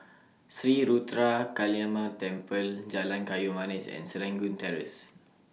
Sri Ruthra Kaliamman Temple Jalan Kayu Manis and Serangoon Terrace